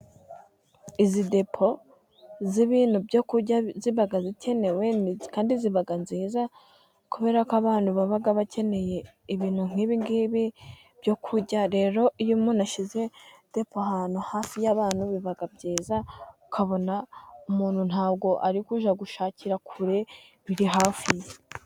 Izi depo z'ibintu byo kurya ziba zikenewe kandi ziba nziza, kubera ko abantu baba bakeneye ibintu nk'ibi ngibi byo kurya. Rero iyo umuntu ashyize depo ahantu hafi y'abantu biba byiza ukabona umuntu ntabwo ari kuiya gushakira kure biri hafi ye.